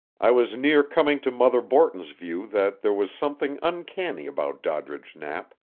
i was near coming to mother borton's view that there was something uncanny about doddridge knapp.